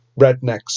rednecks